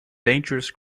dangerous